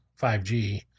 5G